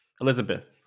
Elizabeth